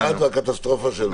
כל אחד והקטסטרופה שלו.